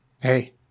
Hey